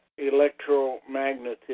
electromagnetism